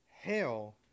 hell